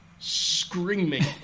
screaming